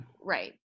right